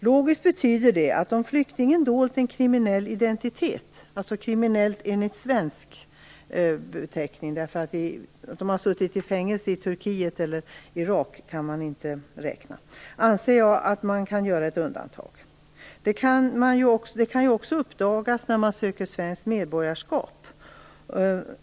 Logiskt sett betyder det att om flyktingen dolt en kriminell identitet anser jag att man kan göra ett undantag. Då menar jag kriminell enligt svensk beteckning; att flyktingen suttit i fängelse i Turkiet eller Irak räknas inte. Det kan också uppdagas när man söker svenskt medborgarskap.